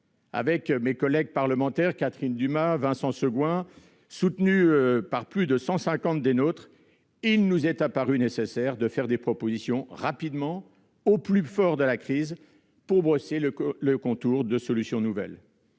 Avec mes collègues parlementaires Catherine Dumas et Vincent Segouin, et soutenus par plus de 150 des nôtres, nous avons jugé nécessaire de faire des propositions rapidement, au plus fort de la crise, pour brosser le contour de solutions nouvelles.